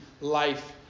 life